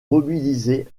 mobilisés